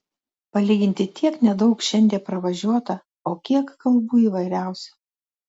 palyginti tiek nedaug šiandie pravažiuota o kiek kalbų įvairiausių